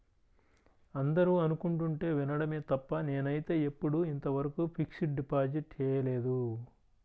అందరూ అనుకుంటుంటే వినడమే తప్ప నేనైతే ఎప్పుడూ ఇంతవరకు ఫిక్స్డ్ డిపాజిట్ చేయలేదు